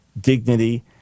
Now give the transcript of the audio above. dignity